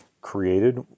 created